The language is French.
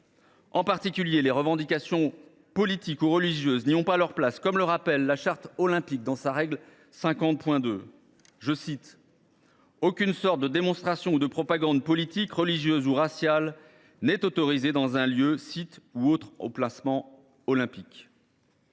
En particulier, les revendications politiques ou religieuses n’ont pas leur place dans le sport, comme le rappelle le 2 de la règle 50 de la Charte olympique :« Aucune sorte de démonstration ou de propagande politique, religieuse ou raciale n’est autorisée dans un lieu, site ou autre emplacement olympique. »